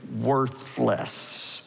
worthless